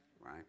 right